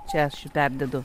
čia aš jau perdedu